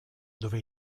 dove